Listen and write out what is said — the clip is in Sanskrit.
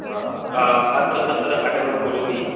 हा अत्र तत्र अटनं करोति